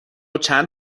چند